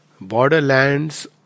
borderlands